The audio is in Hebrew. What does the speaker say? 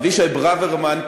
אבישי ברוורמן,